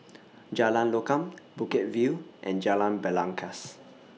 Jalan Lokam Bukit View and Jalan Belangkas